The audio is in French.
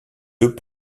deux